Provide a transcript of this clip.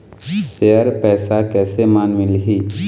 Share पैसा कैसे म मिलही?